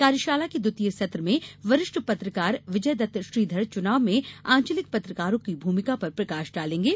कार्यशाला के द्वितीय सत्र में वरिष्ठ पत्रकार विजयदत्त श्रीधर चुनाव में आंचलिक पत्रकारों की भूमिका पर प्रकाश डालेंगे